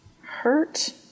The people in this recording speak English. hurt